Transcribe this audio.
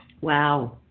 wow